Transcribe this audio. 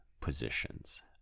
positions